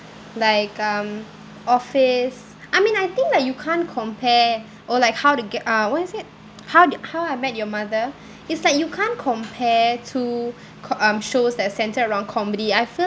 like um office I mean I think like you can't compare or like how to get uh what is it how did how I met your mother it's like you can't compare to co~ um shows that center around comedy I feel